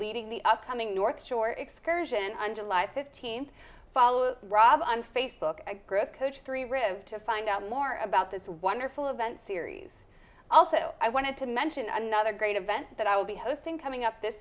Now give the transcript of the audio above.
leading the upcoming north shore excursion on july fifteenth follow rob on facebook a group coached three rivers to find out more about this wonderful event series also i wanted to mention another great event that i will be hosting coming up this